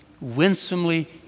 winsomely